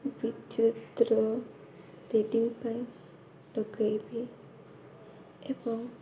ବିଦ୍ୟୁତର reading ପାଇଁ ଲଗାଇବି ଏବଂ